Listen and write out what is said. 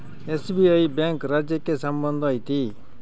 SBI bank ರಾಜ್ಯಕ್ಕೆ ಸಂಬಂಧ ಐತಿ